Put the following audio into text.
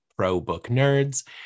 ProBookNerds